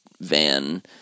van